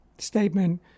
statement